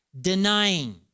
Denying